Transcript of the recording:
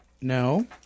No